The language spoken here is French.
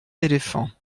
éléphants